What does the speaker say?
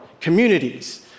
communities